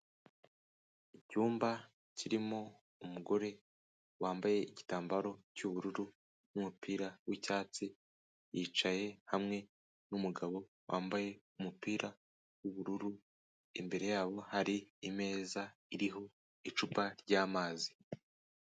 Icyumba kirimo umugore wambaye igitambaro cy'ubururu n'umupira w'icyatsi, yicaye hamwe n'umugabo wambaye umupira w'ubururu imbere yabo hari imeza iriho icupa ry'amazi.